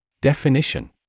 Definition